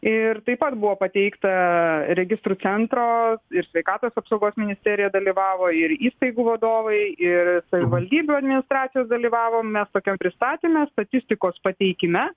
ir taip pat buvo pateikta registrų centro ir sveikatos apsaugos ministerija dalyvavo ir įstaigų vadovai ir savivaldybių administracijos dalyvavom mes tokiam pristatyme statistikos pateikime